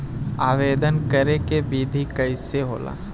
आवेदन करे के विधि कइसे होला?